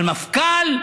אבל מפכ"ל,